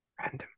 random